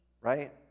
right